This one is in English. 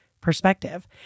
perspective